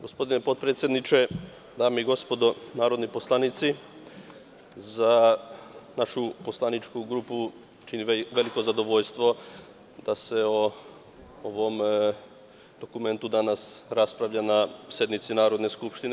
Gospodine potpredsedniče, dame i gospodo narodni poslanici, našu poslaničku grupu čini veliko zadovoljstvo da se o ovom dokumentu danas raspravlja na sednici Narodne skupštine.